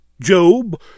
Job